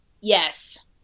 Yes